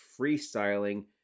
freestyling